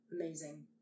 amazing